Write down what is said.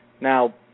Now